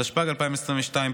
התשפ"ג 2022,